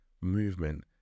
movement